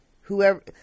whoever